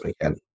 again